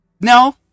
no